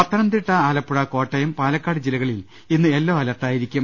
പത്തനംതിട്ട ആലപ്പുഴ കോട്ടയം പാലക്കാട് ജില്ലകളിൽ ഇന്ന് യെല്ലോ അലർട്ടായിരിക്കും